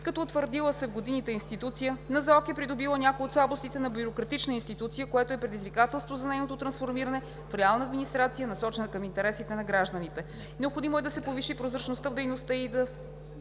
Като утвърдила се в годините институция, НЗОК е придобила някои от слабостите на бюрократична институция, което е предизвикателство за нейното трансформиране в реална администрация, насочена към интересите на гражданите. Необходимо е да се повиши прозрачността в дейността ѝ и